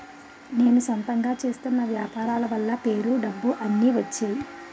నేను సొంతంగా చేస్తున్న వ్యాపారాల వల్ల పేరు డబ్బు అన్ని వచ్చేయి